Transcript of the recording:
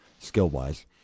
Skill-wise